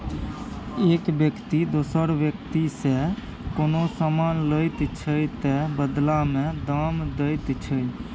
एक बेकती दोसर बेकतीसँ कोनो समान लैत छै तअ बदला मे दाम दैत छै